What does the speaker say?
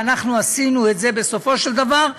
ואנחנו עשינו את זה בסופו של דבר.